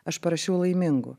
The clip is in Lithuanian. aš parašiau laimingu